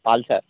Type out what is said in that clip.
pulsar